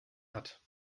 hat